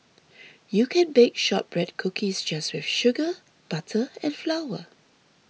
you can bake Shortbread Cookies just with sugar butter and flour